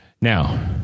Now